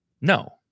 No